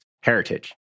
Heritage